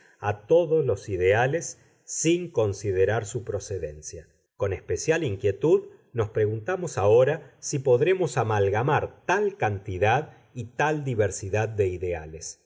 a todos los ideales sin considerar su procedencia con especial inquietud nos preguntamos ahora si podremos amalgamar tal cantidad y tal diversidad de ideales